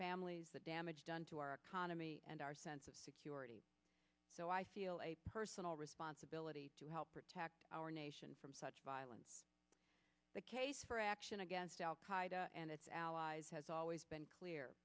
families the damage done to our economy and our sense of security so i feel a personal responsibility to help protect our nation from such violence the case for action against al qaida and its allies has always been clear